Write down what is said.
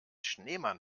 schneemann